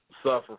Suffer